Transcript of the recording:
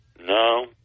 No